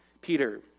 Peter